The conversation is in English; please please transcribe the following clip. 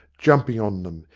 jumping on them,